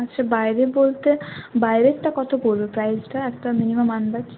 আচ্ছা বাইরে বলতে বাইরেরটা কত পড়বে প্রাইসটা একটা মিনিমাম আন্দাজ